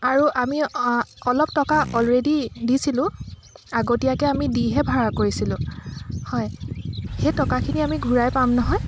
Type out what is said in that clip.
আৰু আমি অলপ টকা অলৰেডি দিছিলোঁ আগতীয়াকৈ আমি দিহে ভাৰা কৰিছিলোঁ হয় সেই টকাখিনি আমি ঘূৰাই পাম নহয়